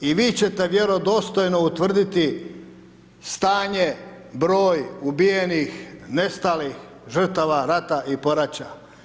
I vi ćete vjerodostojno utvrditi, stanje, broj ubijenih, nestalih žrtava rata i poračja.